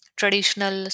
traditional